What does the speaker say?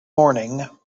morning